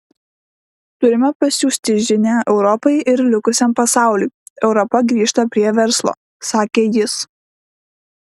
turime pasiųsti žinią europai ir likusiam pasauliui europa grįžta prie verslo sakė jis